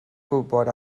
gwybod